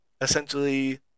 essentially